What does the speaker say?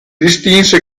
distinse